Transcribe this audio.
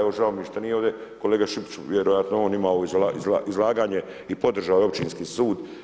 Evo žao mi je što nije ovdje kolega Šipić, vjerojatno on ima izlaganje i podržao je Općinski sud.